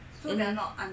mmhmm